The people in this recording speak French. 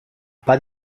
pas